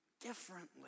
differently